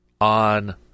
on